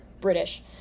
british